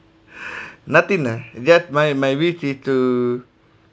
nothing ah that my my wish is to